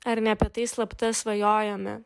ar ne apie tai slapta svajojome